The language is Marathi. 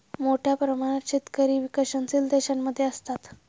मोठ्या प्रमाणात शेतकरी विकसनशील देशांमध्ये असतात